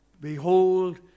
Behold